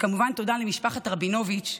וכמובן תודה למשפחת רבינוביץ',